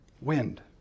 wind